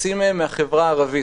חצי מהן מן החברה הערבית.